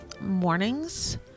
mornings